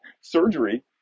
Surgery